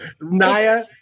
Naya